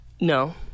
No